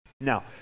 Now